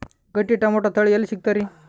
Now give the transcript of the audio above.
ಗಟ್ಟಿ ಟೊಮೇಟೊ ತಳಿ ಎಲ್ಲಿ ಸಿಗ್ತರಿ?